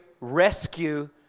rescue